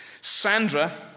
Sandra